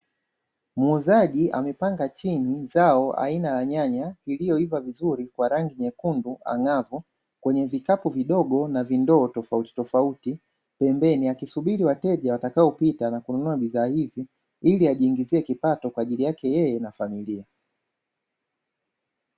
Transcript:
Muuzaji amepanga chini zao aina ya nyanya iliyoiva vizuri kwa rangi nyekundu angavu kwenye vikapu kidogo na vindoo tofauti tofauti pembeni, akisubiri wateja watakaopita na kununua bidhaa hizo ili ajiingizie kipato kwa ajili yake yeye na familia